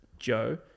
joe